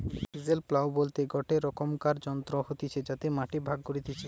chisel plough বলতে গটে রকমকার যন্ত্র হতিছে যাতে মাটি ভাগ করতিছে